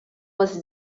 was